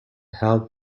held